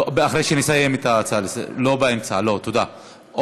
תודה רבה.